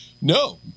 No